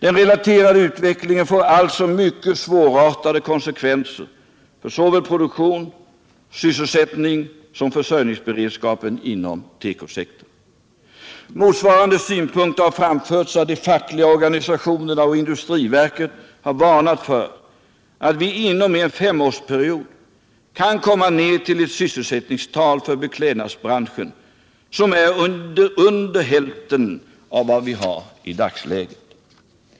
Den relaterade utvecklingen får alltså svårartade konsekvenser för såväl produktion, sysselsättning som försörjningsberedskapen inom tekosektorn.” Motsvarande synpunkter har framförts av de fackliga organisationerna, och industriverket har varnat för att vi inom en femårsperiod kan komma ned till ett sysselsättningstal för beklädnadsbranschen som är under hälften av vad det är i dagsläget.